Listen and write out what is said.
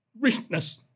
richness